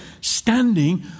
standing